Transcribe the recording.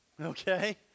Okay